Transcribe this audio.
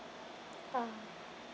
ah